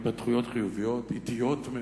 בינתיים קרו כמה התפתחויות חיוביות, אטיות מאוד,